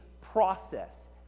process